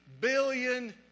billion